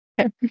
Okay